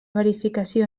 verificació